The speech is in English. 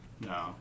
No